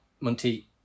Monty